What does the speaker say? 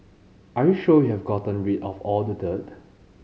are you sure we have gotten rid of all the dirt